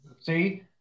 See